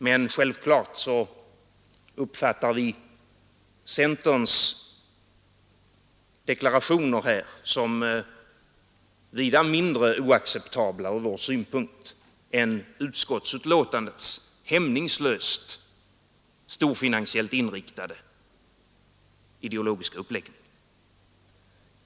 Men självfallet uppfattar vi centerns deklarationer här som vida mindre oacceptabla ur vår synpunkt än utskottsbetänkandets hämningslöst storfinansiellt inriktade ideologiska uppläggning.